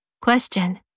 Question